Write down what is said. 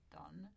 done